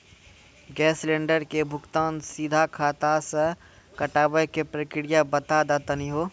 Gas cylinder के भुगतान सीधा खाता से कटावे के प्रक्रिया बता दा तनी हो?